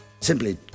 Simply